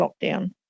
lockdown